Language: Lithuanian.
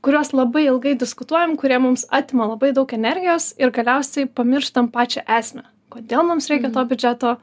kuriuos labai ilgai diskutuojam kurie mums atima labai daug energijos ir galiausiai pamirštam pačią esmę kodėl mums reikia tokio biudžeto